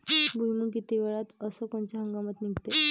भुईमुंग किती वेळात अस कोनच्या हंगामात निगते?